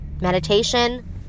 meditation